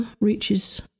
reaches